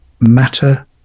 matter